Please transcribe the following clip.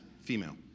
female